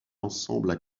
ensembles